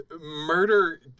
murder